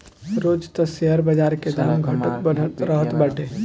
रोज तअ शेयर बाजार के दाम घटत बढ़त रहत बाटे